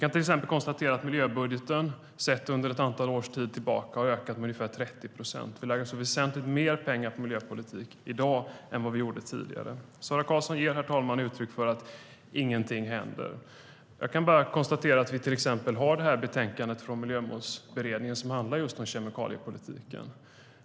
Miljöbudgeten har under åren ökat med 30 procent. Vi lägger väsentligt mer pengar på miljöpolitik i dag än vi gjorde tidigare. Sara Karlsson ger uttryck för att inget händer. Men vi har ett betänkande från Miljömålsberedningen som handlar om just kemikaliepolitiken.